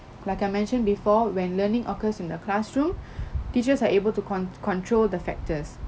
like I mentioned before when learning occurs in the classroom teachers are able to cont~ control the factors